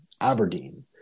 Aberdeen